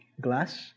glass